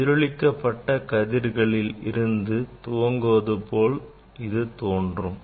எதிரொளி க்கப்பட்ட கதிர்களிலிருந்து துவங்குவதுபோல் இது தோன்றும்